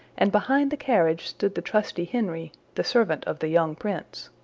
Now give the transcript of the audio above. and behind the carriage stood the trusty henry, the servant of the young prince.